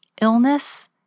Illness